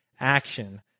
action